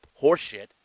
horseshit